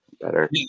better